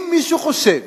אם מישהו חושב